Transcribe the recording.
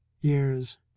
years